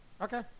Okay